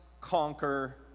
conquer